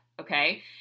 okay